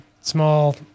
small